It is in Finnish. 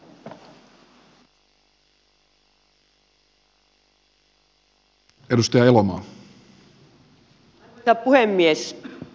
arvoisa puhemies